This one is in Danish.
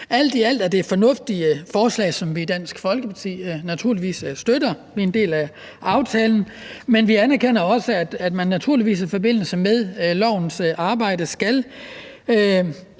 Alt i alt er det fornuftige forslag, som vi i Dansk Folkeparti naturligvis støtter – vi er en del af aftalen – men vi anerkender også, at man naturligvis i forbindelse med lovarbejdet skal